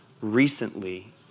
recently